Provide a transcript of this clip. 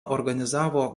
organizavo